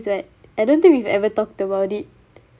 one I don't think we've ever talked about it